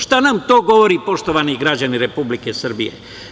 Šta nam to govori, poštovani građani Republike Srbije?